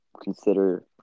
consider